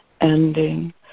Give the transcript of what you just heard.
ending